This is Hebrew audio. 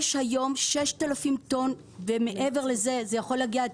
יש היום 6,000 טון ומעבר לזה זה יכול להגיע עד